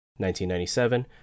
1997